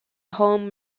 home